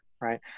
right